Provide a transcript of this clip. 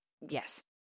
Yes